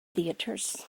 theatres